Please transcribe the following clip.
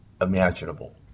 imaginable